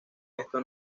esto